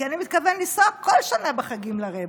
כי אני מתכוון לנסוע בכל שנה בחגים לרעבע.